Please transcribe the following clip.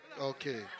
Okay